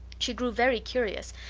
she grew very curious,